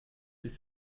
sich